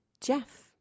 Jeff